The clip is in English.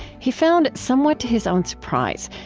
he found, somewhat to his own surprise,